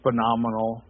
Phenomenal